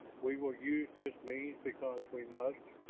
we will use this means because we must,